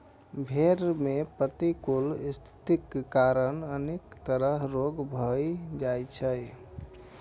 भेड़ मे प्रतिकूल स्थितिक कारण अनेक तरह रोग भए जाइ छै